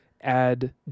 add